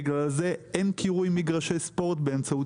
בגלל זה אין קירוי מגרשי ספורט באמצעות